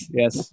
yes